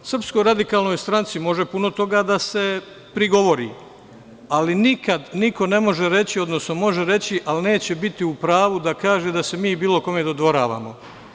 Srpskoj radikalnoj stranci može puno toga da se prigovori, ali nikad niko ne može reći, odnosno može reči, ali neće biti u pravu da kaže da se mi bilo kome dodvoravamo.